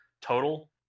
total